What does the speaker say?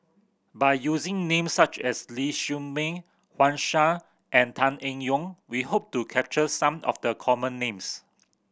by using names such as Ling Siew May Wang Sha and Tan Eng Yoon we hope to capture some of the common names